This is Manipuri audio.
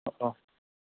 ꯑꯣ ꯑꯣ